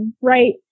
right